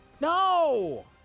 No